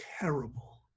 terrible